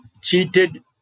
cheated